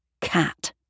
Cat